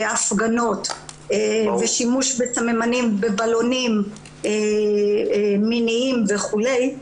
הפגנות ושימוש בסממנים כמו בלונים מיניים וכולי,